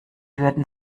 würde